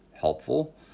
helpful